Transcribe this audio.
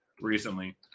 recently